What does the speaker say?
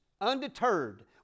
undeterred